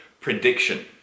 prediction